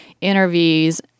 interviews